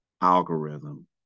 algorithm